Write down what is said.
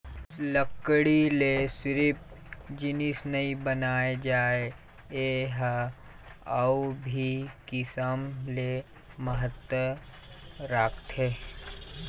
लकड़ी ले सिरिफ जिनिस नइ बनाए जाए ए ह अउ भी किसम ले महत्ता राखथे